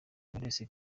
knowless